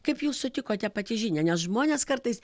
kaip jūs sutikote pati žinią nes žmonės kartais